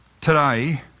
today